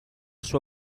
sua